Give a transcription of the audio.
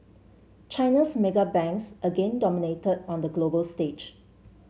China's mega banks again dominated on the global stage